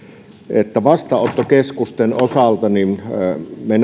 että vastaanottokeskusten osalta me